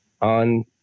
on